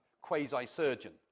quasi-surgeon